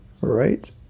Right